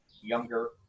younger